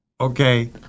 okay